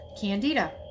Candida